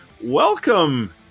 Welcome